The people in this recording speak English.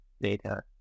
data